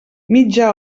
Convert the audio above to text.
mitja